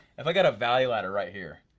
if i got a value ladder right here,